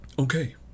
Okay